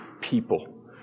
people